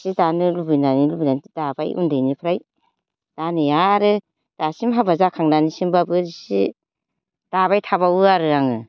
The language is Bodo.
सि दानो लुबैनानै लुबैनानै सि दाबाय उन्दैनिफ्राय दा नै आरो दासिम हाबा जाखांनानैसिमबाबो सि दाबाय थाबावो आरो आङो